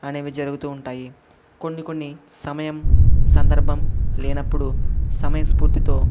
అనేవి జరుగుతూ ఉంటాయి కొన్ని కొన్ని సమయం సందర్భం లేనప్పుడు సమయస్ఫూర్తితో